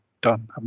done